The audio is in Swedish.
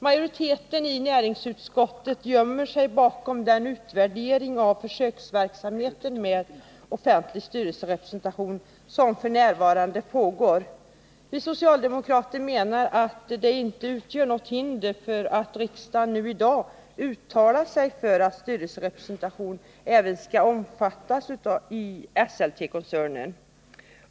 Majoriteten i näringsutskottet gömmer sig bakom den utvärdering av försöksverksamheten med offentlig styrelserepresentation som f. n. pågår. Vi socialdemokrater menar att denna inte utgör något hinder för att riksdagen i dag uttalar sig för statlig styrelserepresentation i Esselte AB.